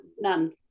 none